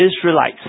Israelites